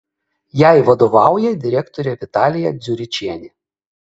jai vadovauja direktorė vitalija dziuričienė